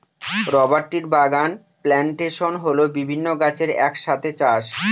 rubber ট্রির বাগান plantation হল বিভিন্ন গাছের এক সাথে চাষ